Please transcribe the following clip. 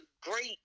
great